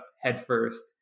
headfirst